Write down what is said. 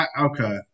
Okay